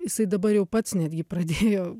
jisai dabar jau pats netgi pradėjo